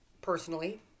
personally